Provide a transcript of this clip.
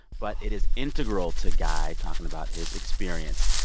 but it is integral to guy talking about his experience.